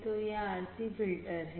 तो यह RC filter है